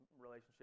relationship